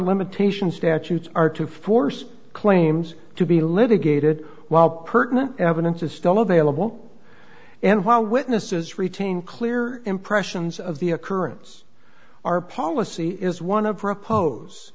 limitations statutes are to force claims to be litigated while pertinent evidence is still available and while witnesses retain clear impressions of the occurrence our policy is one of propose